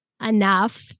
enough